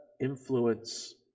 influence